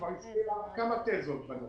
כבר הציג כמה תזות בנושא.